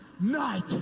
night